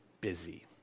busy